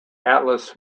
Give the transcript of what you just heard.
atlas